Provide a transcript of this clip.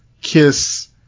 Kiss